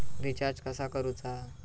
Recharge कसा करूचा?